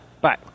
Bye